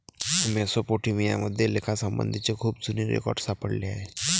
Mesopotamia मध्ये लेखासंबंधीचे खूप जुने रेकॉर्ड सापडले आहेत